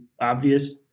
obvious